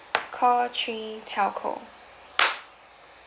call three telco